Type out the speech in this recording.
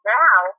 now